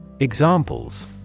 Examples